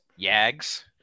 Yags